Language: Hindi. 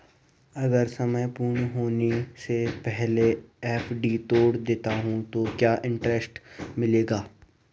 अगर समय पूर्ण होने से पहले एफ.डी तोड़ देता हूँ तो क्या इंट्रेस्ट मिलेगा?